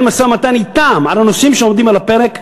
משא-ומתן אתם על הנושאים שעומדים על הפרק,